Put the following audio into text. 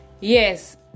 Yes